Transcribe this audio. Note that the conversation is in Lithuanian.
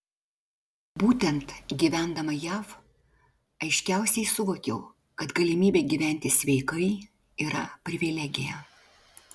būtent gyvendama jav aiškiausiai suvokiau kad galimybė gyventi sveikai yra privilegija